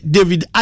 David